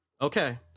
Okay